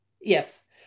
Yes